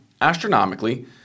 astronomically